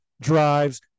drives